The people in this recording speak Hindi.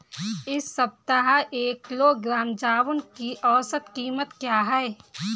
इस सप्ताह एक किलोग्राम जामुन की औसत कीमत क्या है?